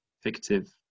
fictive